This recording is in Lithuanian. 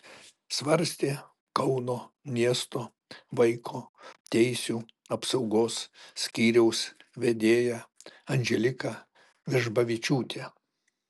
svarstė kauno miesto vaiko teisių apsaugos skyriaus vedėja andželika vežbavičiūtė